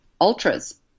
ultras